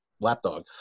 lapdog